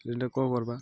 ଯେନ୍ଟା କ'ଣ କର୍ବା